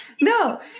No